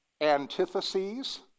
antitheses